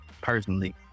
personally